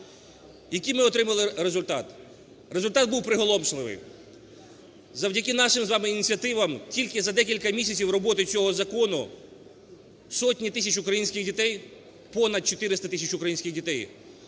Який ми отримали результат? Результат був приголомшливий. Завдяки нашим з вами ініціативам кількість за декілька місяців роботи цього закону, сотні тисяч українських дітей, понад 400 тисяч українських дітей